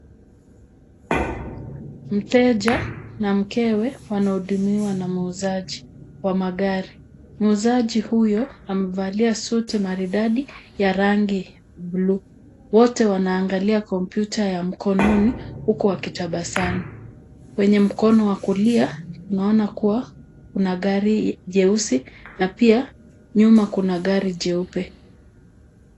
Mteja na mkewe wanahudumiwa na muuzaji wa magari , muuzaji huyo amevalia suti maridadi ya rangi buluu wote wanaangalia kompyuta ya mkononi huku wakitabasamu kwenye mkono wa kulia tunaona kuwa kuna gari jeusi na pia nyuma kuna gari jeupe.